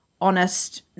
honest